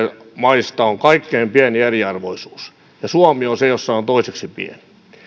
maista on kaikkein pienin eriarvoisuus ja suomi on se jossa on toiseksi pienin ja